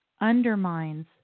undermines